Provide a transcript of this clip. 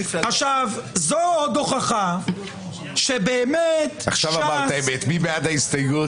זו עוד הוכחה שבאמת --- נצביע על הסתייגות 251. מי בעד?